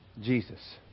Jesus